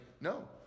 no